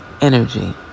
energy